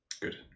Good